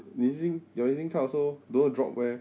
你 E_Z link your E_Z link card also don't drop where